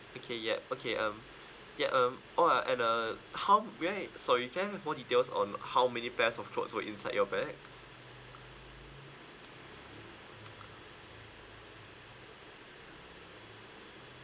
okay yup okay um ya um oh uh and uh how may I sorry can I have more details on how many pairs of clothes were inside your bag